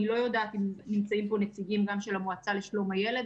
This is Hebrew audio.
אני לא יודעת אם נמצאים כאן נציגים של המועצה שלום הילד.